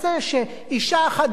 שאשה אחת בטוח,